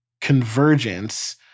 Convergence